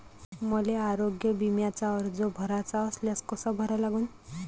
मले आरोग्य बिम्याचा अर्ज भराचा असल्यास कसा भरा लागन?